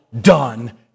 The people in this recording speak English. done